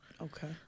Okay